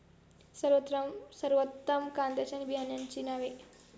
सर्वोत्तम कांद्यांच्या बियाण्यांची नावे?